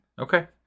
Okay